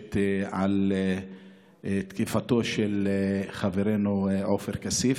המפורשת על תקיפתו של חברנו עופר כסיף.